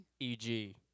EG